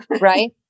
Right